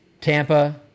Tampa